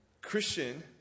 Christian